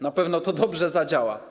Na pewno to dobrze zadziała.